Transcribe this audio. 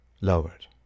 lowered